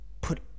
Put